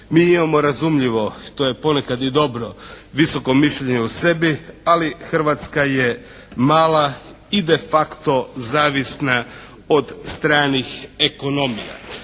Mi imamo razumljivo, to je ponekad i dobro visoko mišljenje o sebi, ali Hrvatska je mala i de facto zavisna od stranih ekonomija.